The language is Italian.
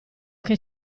che